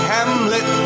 Hamlet